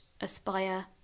aspire